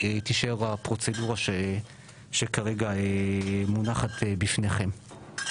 תישאר הפרוצדורה שכרגע מונחת בפניכם.